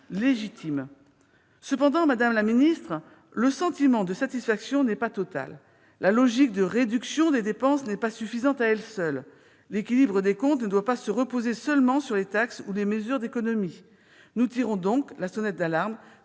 légitime. Toutefois, madame la ministre, notre sentiment de satisfaction n'est pas total. En effet, la logique de réduction des dépenses n'est pas suffisante : l'équilibre des comptes ne doit pas se fonder seulement sur les taxes ou des mesures d'économie. Nous tirons à cet égard la sonnette d'alarme,